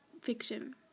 fiction